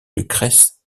lucrèce